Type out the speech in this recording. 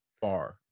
far